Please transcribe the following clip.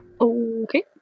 okay